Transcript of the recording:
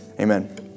amen